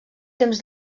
temps